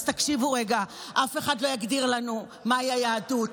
אז תקשיבו רגע, אף אחד לא יגדיר לנו מהי היהדות.